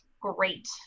Great